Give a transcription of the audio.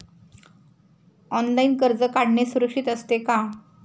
Online कर्ज काढणे सुरक्षित असते का?